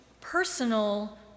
personal